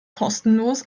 kostenlos